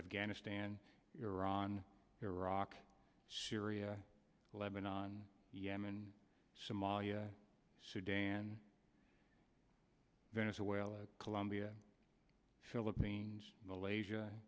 afghanistan iran iraq syria lebanon yemen somalia sudan venezuela colombia philippines malaysia